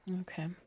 Okay